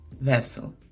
vessel